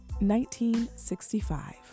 1965